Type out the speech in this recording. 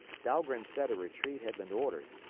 dahlgren said a retreat had been ordered,